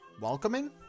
welcoming